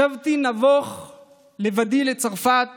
שבתי נבוך, לבדי, לצרפת